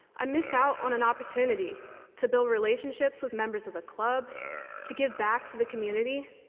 i missed out on an opportunity to build relationships with members of the club to give back to the community,